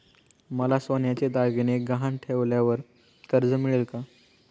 मला सोन्याचे दागिने गहाण ठेवल्यावर कर्ज मिळेल का?